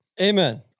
Amen